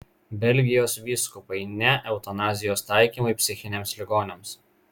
belgijos vyskupai ne eutanazijos taikymui psichiniams ligoniams